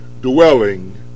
dwelling